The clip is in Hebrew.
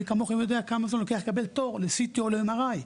מי כמוכם יודעים כמה זמן לוקח לקבל תור ל-CT או ל-MRI.